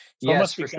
yes